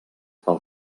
pel